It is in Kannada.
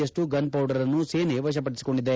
ಯಪ್ಟು ಗನ್ ಪೌಡರನ್ನು ಸೇನೆ ವಶಪಡಿಸಿಕೊಂಡಿದೆ